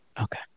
Okay